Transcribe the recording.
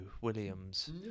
Williams